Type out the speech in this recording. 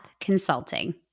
Consulting